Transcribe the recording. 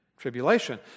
tribulation